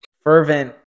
fervent